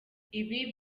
ibi